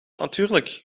natuurlijk